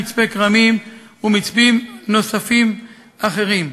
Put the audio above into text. מצפה-כרמים ומצפים נוספים אחרים.